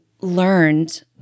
learned